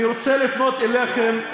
אני רוצה לפנות אליכם,